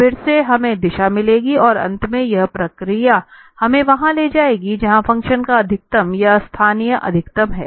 फिर से हमें दिशा मिलेगी और अंत में यह प्रक्रिया हमें वहां ले जाएगी जहां फ़ंक्शन का अधिकतम या स्थानीय अधिकतम है